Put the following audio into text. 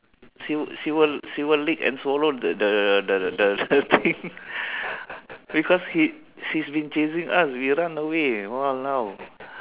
she will she will she will lick and swallow the the the thing because she she is been chasing us we run away !walao!